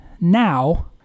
now